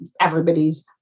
everybody's